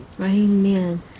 Amen